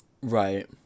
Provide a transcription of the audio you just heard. Right